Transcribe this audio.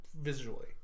Visually